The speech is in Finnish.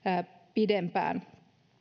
pidempään